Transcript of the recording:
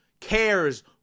cares